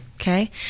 Okay